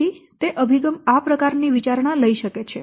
તેથી તે અભિગમ આ પ્રકારની વિચારણા લઈ શકે છે